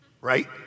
Right